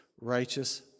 righteous